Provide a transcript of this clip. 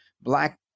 Black